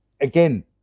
again